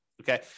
okay